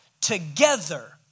together